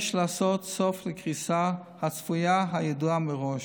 יש לעשות סוף לקריסה הצפויה, הידועה מראש.